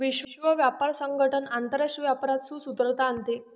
विश्व व्यापार संगठन आंतरराष्ट्रीय व्यापारात सुसूत्रता आणते